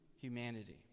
humanity